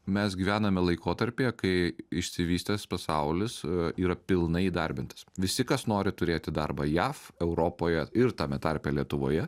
mes gyvename laikotarpyje kai išsivystęs pasaulis yra pilnai įdarbintas visi kas nori turėti darbą jav europoje ir tame tarpe lietuvoje